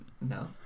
No